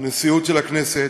הנשיאות של הכנסת,